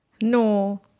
no